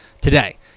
Today